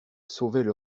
sauvaient